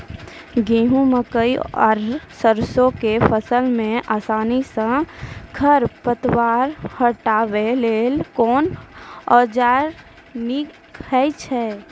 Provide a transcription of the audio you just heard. गेहूँ, मकई आर सरसो के फसल मे आसानी सॅ खर पतवार हटावै लेल कून औजार नीक है छै?